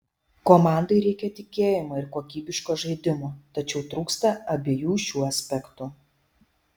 komandai reikia tikėjimo ir kokybiško žaidimo tačiau trūksta abiejų šių aspektų